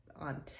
on